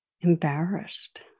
Embarrassed